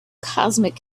cosmic